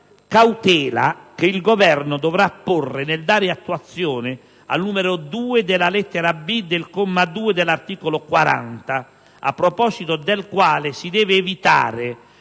cautela che il Governo dovrà porre nel dare attuazione al numero 2), della lettera *b)*, del comma 2 dell'articolo 40, a proposito del quale si deve evitare,